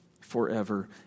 forever